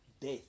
death